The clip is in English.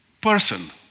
person